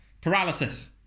paralysis